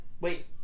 Wait